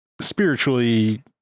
spiritually